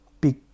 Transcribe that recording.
big